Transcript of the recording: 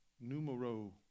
numero